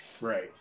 Right